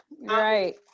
Right